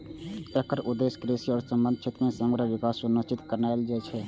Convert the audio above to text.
एकर उद्देश्य कृषि आ संबद्ध क्षेत्र मे समग्र विकास सुनिश्चित करनाय छियै